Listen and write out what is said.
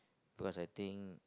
because I think